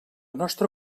nostra